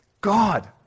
God